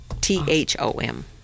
T-H-O-M